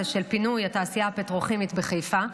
של פינוי התעשייה הפטרוכימית בחיפה.